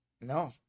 No